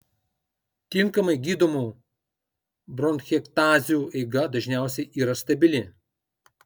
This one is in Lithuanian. tinkamai gydomų bronchektazių eiga dažniausiai yra stabili